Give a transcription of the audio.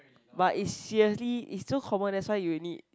but it's seriously it's so common that's why you will need